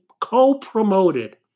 co-promoted